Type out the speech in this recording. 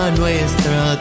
nuestra